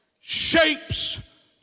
shapes